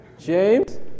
James